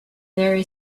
very